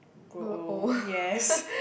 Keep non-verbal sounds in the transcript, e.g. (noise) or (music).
grow old (laughs)